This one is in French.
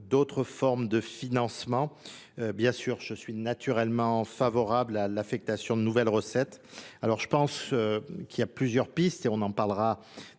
d'autres formes de financement. Bien sûr, je suis naturellement favorable à l'affectation de nouvelles recettes. Alors je pense qu'il y a plusieurs pistes et on en parlera